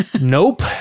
nope